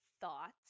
thoughts